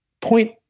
point